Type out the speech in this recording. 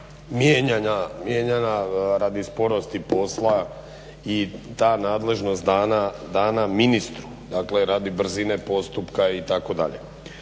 mijenjana radi sporosti posla i ta nadležnost dana ministru, dakle radi brzine postupka itd.